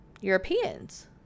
Europeans